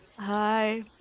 Hi